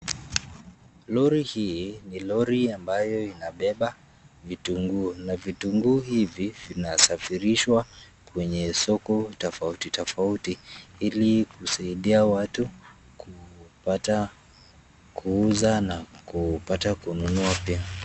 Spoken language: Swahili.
Lori hii ni lori ambayo inabeba vitunguu na vitunguu hivi vinasafirishwa kwenye soko tofauti tofauti ili kusaidia watu kupata kuuza na kupata kununua pia.